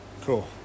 Cool